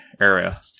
area